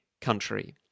country